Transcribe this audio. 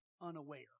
unaware